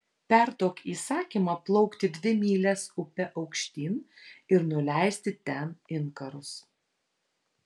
perduok įsakymą plaukti dvi mylias upe aukštyn ir nuleisti ten inkarus